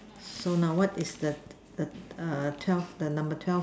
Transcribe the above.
so now what is the the err twelve the number twelve